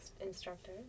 instructor